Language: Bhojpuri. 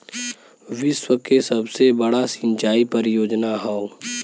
विश्व के सबसे बड़ा सिंचाई परियोजना हौ